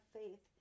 faith